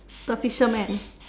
the fisherman